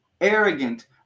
arrogant